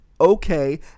Okay